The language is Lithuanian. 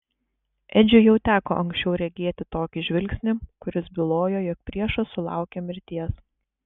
edžiui jau teko anksčiau regėti tokį žvilgsnį kuris bylojo jog priešas sulaukė mirties